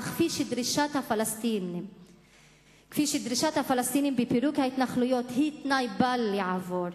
אך כפי שדרישת הפלסטינים לפירוק ההתנחלויות היא תנאי בל יעבור,